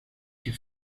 sus